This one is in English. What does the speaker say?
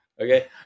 Okay